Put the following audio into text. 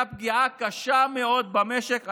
הייתה פגיעה קשה מאוד במשק.